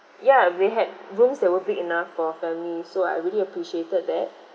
ya we had rooms that were big enough for family so I really appreciated that